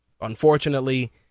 unfortunately